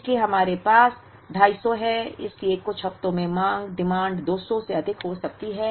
इसलिए हमारे पास 250 है इसलिए कुछ हफ्तों में मांग 200 से अधिक हो सकती है